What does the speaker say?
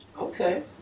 Okay